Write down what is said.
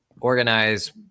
organize